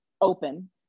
open